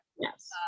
yes